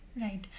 right